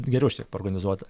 geriau šiek tiek paorganizuota